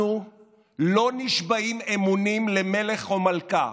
אנחנו לא נשבעים אמונים למלך או מלכה,